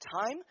time